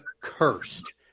cursed